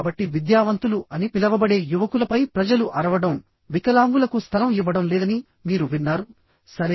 కాబట్టి విద్యావంతులు అని పిలవబడే యువకులపై ప్రజలు అరవడం వికలాంగులకు స్థలం ఇవ్వడం లేదని మీరు విన్నారు సరే